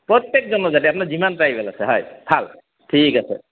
প্ৰত্যেক জনজাতি আপোনাৰ যিমান ট্ৰাইবেল আছে হয় ভাল ঠিক আছে